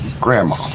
grandma